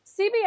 CBS